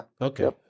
Okay